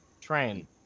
train